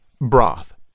Broth